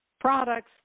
products